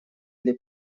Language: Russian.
для